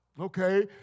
okay